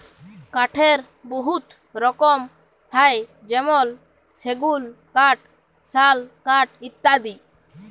কাঠের বহুত রকম হ্যয় যেমল সেগুল কাঠ, শাল কাঠ ইত্যাদি